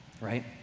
Right